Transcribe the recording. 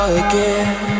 again